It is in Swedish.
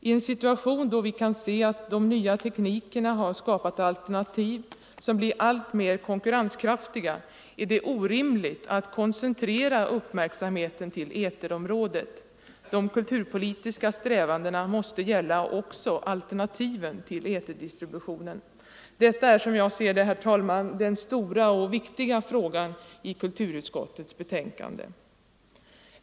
I en situation, då vi kan se att nya tekniker har skapat alternativ som blir alltmer konkurrenskraftiga, är det orimligt att koncentrera uppmärksamheten till eterområdet. De kulturpolitiska strävandena måste gälla också alternativen till eterdistributionen. Detta är, som jag ser det, herr talman, den stora och viktiga frågan i kulturutskottets betänkande.